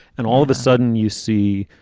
and all of a sudden you see.